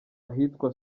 ahitwa